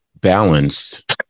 balanced